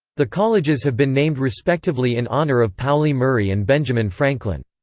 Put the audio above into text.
the colleges have been named respectively in honor of pauli murray and benjamin franklin.